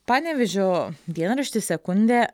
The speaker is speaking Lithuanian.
panevėžio dienraštis sekundė